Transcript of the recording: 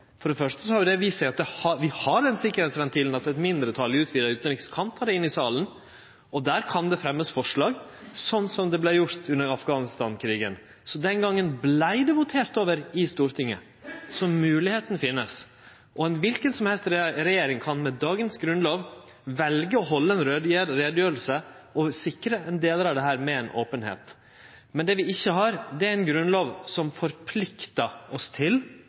for ein open runde i Stortinget. For det første har det jo vist seg at vi har den sikringsventilen at eit mindretal i den utvida utanrikskomiteen kan ta saka inn i salen, og der kan det verta fremja forslag – sånn som det vart gjort under Afghanistan-krigen. Den gongen vart det votert over i Stortinget, så moglegheita finst. Kvar regjering kan med dagens grunnlov velje å halde ei utgreiing og sikre delar av dette med ei openheit. Men det vi ikkje har, er ei grunnlov som forpliktar oss til